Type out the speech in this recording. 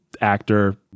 actor